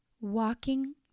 walking